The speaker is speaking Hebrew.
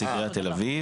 אני נציג עיריית תל אביב,